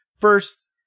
First